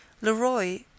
Leroy